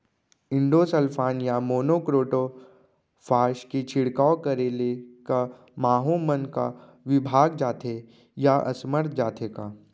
Endosulfan या monocrotophos के छिड़काव करे ले क माहो मन का विभाग जाथे या असमर्थ जाथे का?